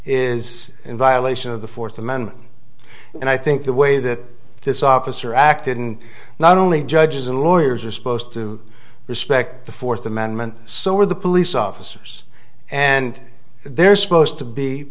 is in violation of the fourth amendment and i think the way that this officer acted and not only judges and lawyers are supposed to respect the fourth amendment so are the police officers and they're supposed to be